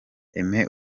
aime